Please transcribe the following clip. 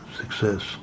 success